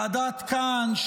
ועדת כהן,